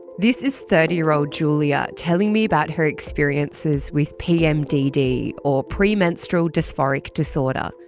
this is thirty year old julia, telling me about her experiences with pmdd or premenstrual dysphoric disorder.